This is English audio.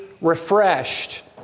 refreshed